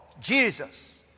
Jesus